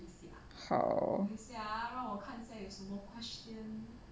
好